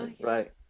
Right